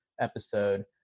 episode